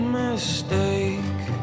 mistake